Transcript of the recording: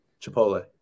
chipotle